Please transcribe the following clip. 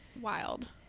wild